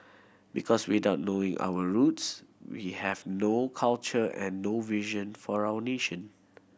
because without knowing our roots we have no culture and no vision for our nation